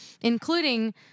including